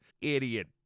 idiot